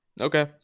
Okay